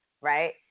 right